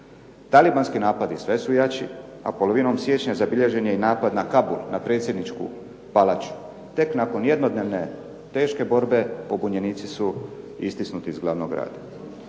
Talibanski napadi sve su jači, a polovinom siječnja zabilježen je i napad na Kabul, na predsjedničku palaču. Tek nakon jednodnevne teške borbe pobunjenici su istisnuti iz glavnog grada.